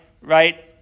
right